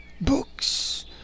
books